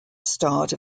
start